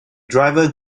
driver